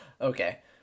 Okay